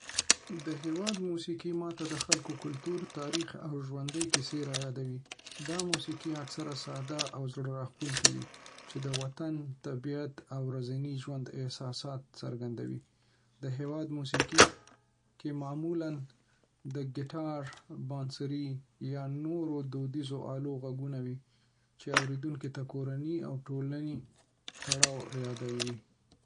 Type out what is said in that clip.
د هېواد موسیقي ما ته د خلکو کلتور، تاریخ، او ژوندی کیسې رايادوي. دا موسیقي اکثره ساده او زړه راښکونکې وي، چې د وطن، طبیعت، او ورځني ژوند احساسات څرګندوي. د هېواد موسیقي کې معمولا د ګیتار، بانسري، یا نورو دودیزو آلو غږونه وي، چې اورېدونکي ته کورنۍ او ټولنې تړاو یادوي.